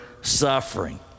suffering